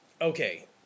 okay